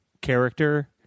character